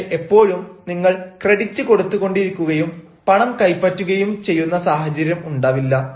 പക്ഷേ എപ്പോഴും നിങ്ങൾ ക്രെഡിറ്റ് കൊടുത്ത് കൊണ്ടിരിക്കുകയും പണം കൈപ്പറ്റുകയും ചെയ്യുന്ന സാഹചര്യം ഉണ്ടാവില്ല